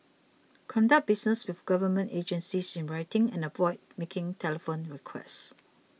conduct business with government agencies in writing and avoid making telephone requests